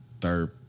third